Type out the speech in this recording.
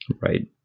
Right